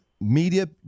media